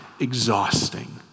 exhausting